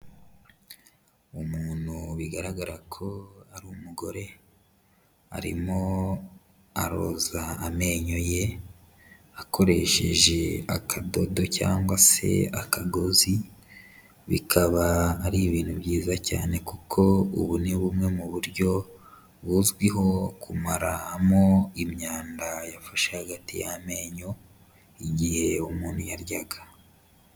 Umuntu bigaragara ko ari umugore arimo aroza amenyo ye akoresheje akadodo cyangwa se akagozi, bikaba ari ibintu byiza cyane kuko ubu ni bumwe mu buryo buzwiho kumaramo imyanda yafashe hagati y'amenyo, igihe umuntu yaryaga.